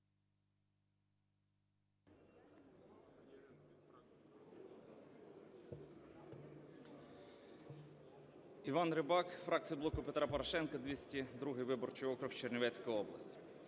Іван Рибак, фракція "Блоку Петра Порошенка", 202 виборчий округ, Чернівецька область.